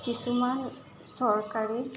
কিছুমান চৰকাৰী